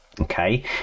Okay